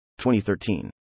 2013